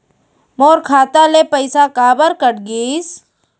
मोर खाता ले पइसा काबर कट गिस?